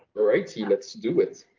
alright! let's do it!